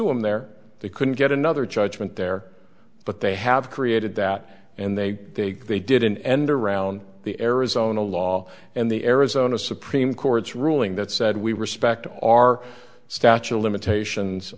him there they couldn't get another judgment there but they have created that and they dig they did an end around the arizona law and the arizona supreme court's ruling that said we respect our statue of limitations